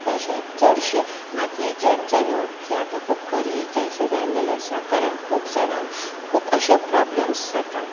तशेंच चडशे मातयेचेर चलप हे आतां खूब गरजेचें अशें जाल्लेलें आसा कारण खूब जाणांक खूब अशे प्रोब्लम्स जातात